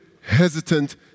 hesitant